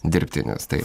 dirbtinis tai